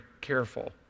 careful